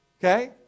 Okay